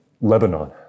Lebanon